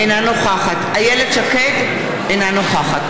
אינה נוכחת איילת שקד, אינה נוכחת